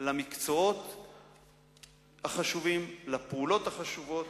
למקצועות החשובים, לפעולות החשובות.